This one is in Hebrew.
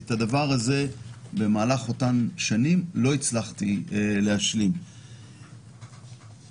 אבל במהלך אותן שנים לא הצלחתי להשלים את המהלך שלי.